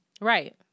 Right